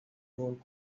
gold